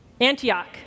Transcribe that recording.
Antioch